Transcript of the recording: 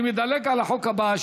אני מדלג על החוק הבא,